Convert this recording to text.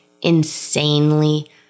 insanely